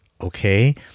okay